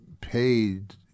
paid